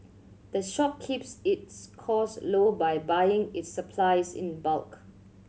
the shop keeps its costs low by buying its supplies in bulk